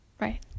Right